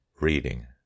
reading